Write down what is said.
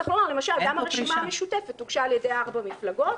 גם הרשימה המשותפת הוגשה על-ידי ארבע מפלגות,